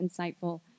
insightful